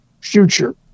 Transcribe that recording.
future